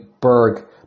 Berg